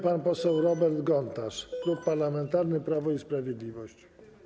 Pan poseł Robert Gontarz, Klub Parlamentarny Prawo i Sprawiedliwość.